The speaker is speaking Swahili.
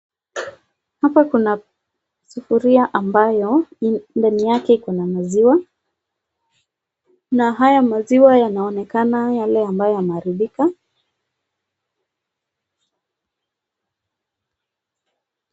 Hapa kuna sufuria ambayo ndani yake kuna maziwa, na haya maziwa yanaonekana yale ambayo yameharibika